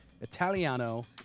Italiano